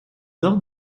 nord